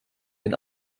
den